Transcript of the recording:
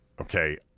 Okay